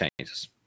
changes